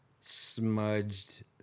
smudged